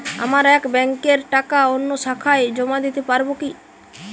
আমার এক ব্যাঙ্কের টাকা অন্য শাখায় জমা দিতে পারব কি?